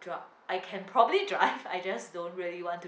dri~ I can probably drive I just don't really want to